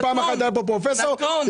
פעם אחת היה כאן היה כאן פרופסור שהתחיל